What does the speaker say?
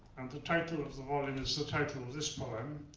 the title of the volume is the title of this poem,